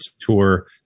tour